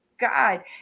God